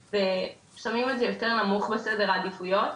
ושמים את זה יותר נמוך בסדר העדיפויות,